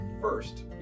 first